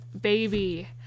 baby